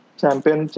champion